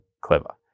clever